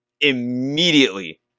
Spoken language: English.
immediately